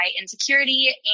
insecurity